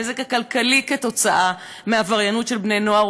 הנזק הכלכלי כתוצאה מעבריינות של בני-נוער